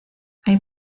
hay